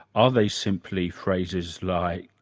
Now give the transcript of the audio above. are they simply phrases like,